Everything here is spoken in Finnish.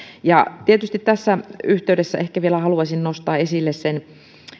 tietysti tässä yhteydessä ehkä vielä haluaisin nostaa esille sen